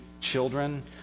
children